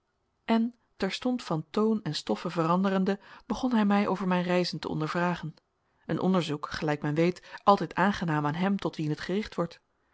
en terstond van toon en stoffe veranderende begon hij mij over mijn reizen te ondervragen een onderzoek gelijk men weet altijd aangenaam aan hem tot wien het gericht wordt